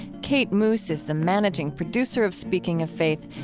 kate moos is the managing producer of speaking of faith,